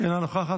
אינו נוכח,